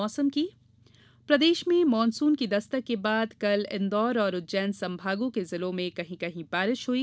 मौसम प्रदेश में मॉनसून की दस्तक के बाद कल इंदौर और उज्जैन संभागों के जिलों में कहीं कहीं बारिश हुई